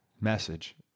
message